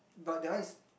but that one is